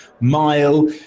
mile